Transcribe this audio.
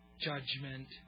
judgment